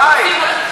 די.